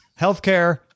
healthcare